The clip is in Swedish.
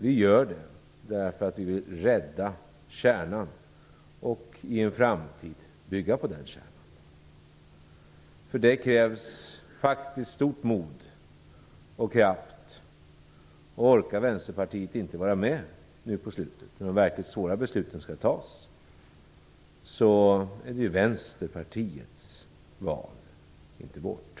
Vi gör det därför att vi vill rädda kärnan och i en framtid bygga på denna kärna. För det krävs faktiskt kraft och stort mod. Orkar inte Vänsterpartiet vara med nu på slutet, när de verkligt svåra besluten skall fattas, så är det Vänsterpartiets val, inte vårt.